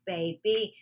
Baby